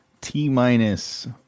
T-minus